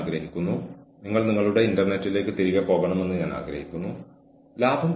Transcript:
ചിലപ്പോൾ നിങ്ങളുടെ സ്ഥാപനത്തിന് നിരവധി തലങ്ങളിലുള്ള അഭിമുഖങ്ങൾ നടത്താനുള്ള റിസോഴ്സസ് ഇല്ലായിരിക്കാം